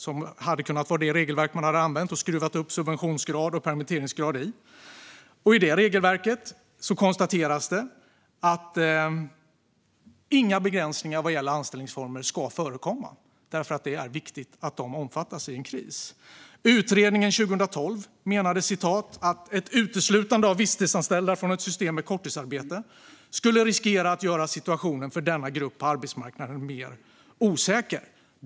Man hade kunnat använda det regelverket och skruvat upp subventionsgraden och permitteringsgraden i det. I det regelverket konstateras att inga begränsningar vad gäller anställningsformer ska förekomma, för det är viktigt att de omfattas i en kris. Utredningen 2012 menade att ett uteslutande av visstidsanställda från ett system för korttidsarbete skulle riskera att göra situationen för denna grupp på arbetsmarknaden mer osäker.